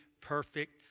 perfect